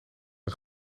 een